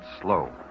slow